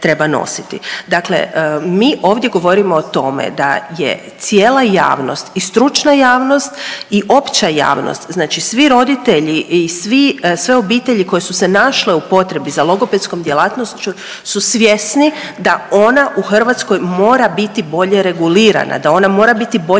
Dakle, mi ovdje govorimo o tome da je cijela javnost i stručna javnost i opća javnost, znači svi roditelji i sve obitelji koje su se našle u potrebi za logopedskom djelatnošću su svjesni da ona u Hrvatskoj mora biti bolje regulirana, da ona mora biti bolje dostupna